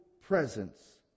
presence